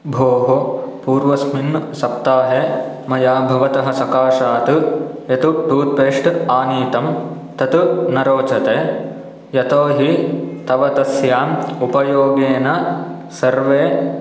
भोः पूर्वस्मिन् सप्ताहे मया भवतः सकाशात् यत् टूत्पेस्ट् आनीतं तत् न रोचते यतो हि तव तस्याम् उपयोगेन सर्वे